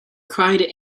cried